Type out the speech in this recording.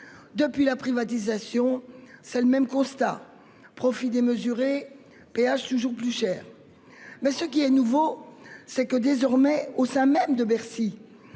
Depuis la privatisation, c'est le même constat : profits démesurés, péages toujours plus chers ! En revanche, ce qui est nouveau, c'est que désormais, au sein même de Bercy,